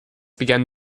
began